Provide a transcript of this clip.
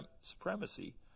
supremacy